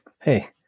Hey